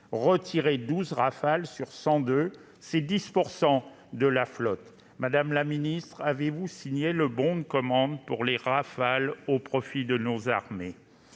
retirer 12 Rafale sur 102, c'est diminuer la flotte de plus de 10 %. Madame la ministre, avez-vous signé le bon de commande pour les Rafale au profit de nos armées ?